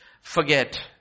Forget